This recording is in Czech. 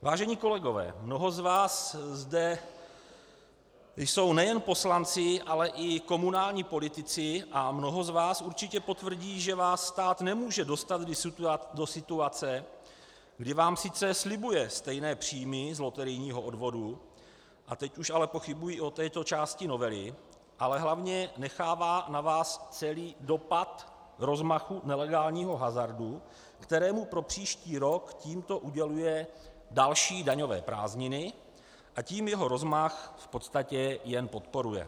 Vážení kolegové, mnoho z vás zde jsou nejen poslanci, ale i komunální politici a mnoho z vás určitě potvrdí, že vás stát nemůže dostat do situace, kdy vám sice slibuje stejné příjmy z loterijního odvodu a teď už ale pochybuji o této části novely , ale hlavně nechává na vás celý dopad rozmachu nelegálního hazardu, kterému pro příští rok tímto uděluje další daňové prázdniny, a tím jeho rozmach v podstatě jen podporuje.